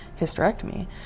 hysterectomy